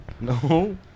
No